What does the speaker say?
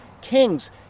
kings